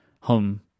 home